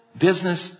business